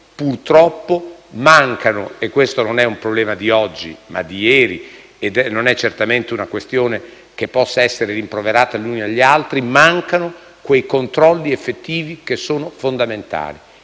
Purtroppo mancano - e questo non è un problema di oggi, ma di ieri, e non è certamente una questione che possa essere rimproverata agli uni o agli altri - i controlli effettivi che sono fondamentali.